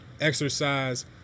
exercise